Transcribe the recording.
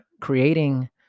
creating